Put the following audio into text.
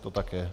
To tak je.